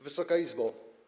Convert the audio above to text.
Wysoka Izbo!